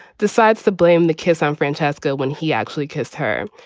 decides to blame the kiss on francesco when he actually kissed her.